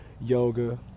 Yoga